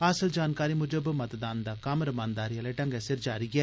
हासल जानकारी मुजब मतदान दा कम्म रमानदारी आले ढंगै सिर जारी ऐ